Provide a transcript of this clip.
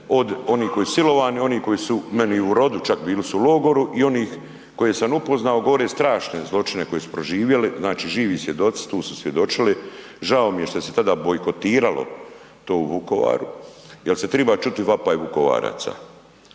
od onih koji su silovani, oni koji su meni u rodu čak, bili su u logoru, i onih koje sam upoznao, govore strašne zločine koje su proživjeli, znači živi svjedoci tu su svjedočili, žao mi je šta se tada bojkotiralo to u Vukovaru jer se treba čuti vapaj Vukovaraca.